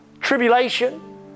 tribulation